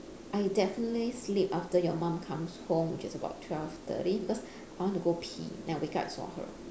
I definitely sleep after your mum comes home which is about twelve thirty because I want to go pee then I wake up and saw her